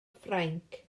ffrainc